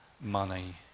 Money